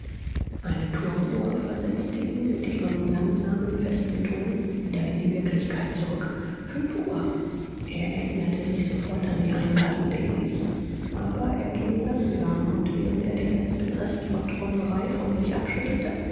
eine turmuhr versetzte ihn mit ihrem langsamen festen ton wieder in die wirklichkeit zurück fünf uhr er erinnerte sich sofort an die einladung daisys aber er ging langsam und während er den letzten rest von träumerei von sich abschüttelte